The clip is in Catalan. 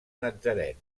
natzaret